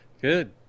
Good